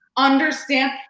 understand